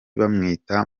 bamwita